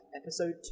episode